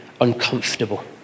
uncomfortable